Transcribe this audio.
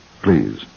Please